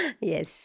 yes